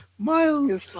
Miles